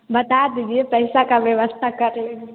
बता दीजिए पैसा का व्यवस्था कर लेंगे